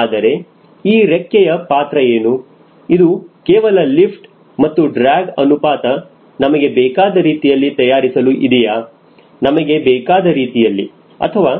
ಆದರೆ ಈ ರೆಕ್ಕೆಯ ಪಾತ್ರ ಏನು ಇದು ಕೇವಲ ಲಿಫ್ಟ್ ಮತ್ತು ಡ್ರ್ಯಾಗ್ ಅನುಪಾತ ನಮಗೆ ಬೇಕಾದ ರೀತಿಯಲ್ಲಿ ತಯಾರಿಸಲು ಇದೆಯಾ ನಮಗೆ ಬೇಕಾದ ರೀತಿಯಲ್ಲಿ ಅಥವಾ